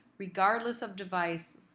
regardless of device,